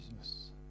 Jesus